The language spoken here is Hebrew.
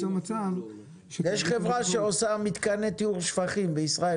יש חברה שעושה מתקני טיהור שפכים בישראל,